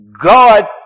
God